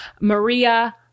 Maria